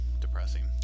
depressing